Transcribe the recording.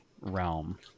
realm